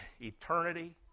eternity